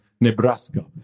Nebraska